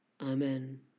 Amen